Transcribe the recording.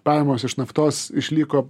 pajamos iš naftos išliko